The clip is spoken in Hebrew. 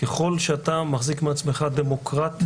ככל שאתה מחזיק מעצמך דמוקרט,